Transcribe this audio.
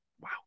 Wow